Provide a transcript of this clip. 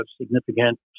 significant